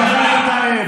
חבר הכנסת טייב.